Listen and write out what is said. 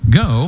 go